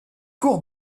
cours